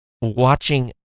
watching